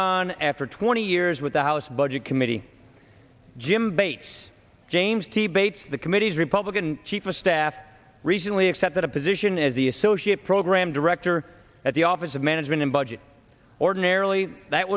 on after twenty years with the house budget committee jim bates james t bates the committee's republican chief of staff recently accepted a position as the associate program director at the office of management and budget ordinarily that